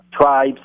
tribes